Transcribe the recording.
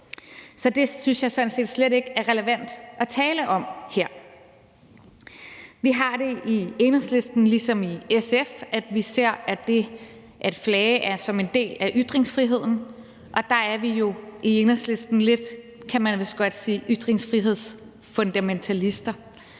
Så det synes jeg sådan set slet ikke er relevant at tale om her. Vi har det i Enhedslisten, ligesom de har det i SF, nemlig at vi ser det at flage som en del af ytringsfriheden, og der er vi jo i Enhedslisten lidt, kan man vist godt sige, ytringsfrihedsfundamentalister.